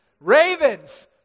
Ravens